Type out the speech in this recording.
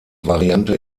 variante